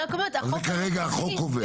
כרגע החוק קובע.